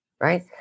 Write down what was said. right